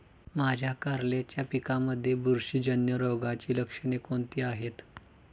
माझ्या कारल्याच्या पिकामध्ये बुरशीजन्य रोगाची लक्षणे कोणती आहेत?